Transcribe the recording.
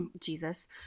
Jesus